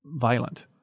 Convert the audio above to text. violent